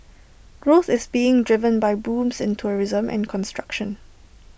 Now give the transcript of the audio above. growth is being driven by booms in tourism and construction